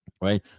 right